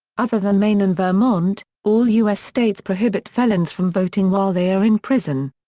other than maine and vermont, all u s. states prohibit felons from voting while they are in prison.